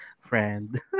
friend